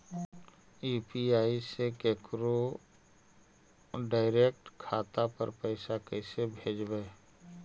UPI से केकरो direct खाता पर पैसा कैसे भेजबै?